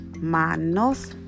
manos